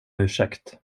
ursäkt